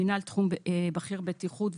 מנהל תחום בכיר בטיחות,